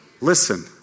Listen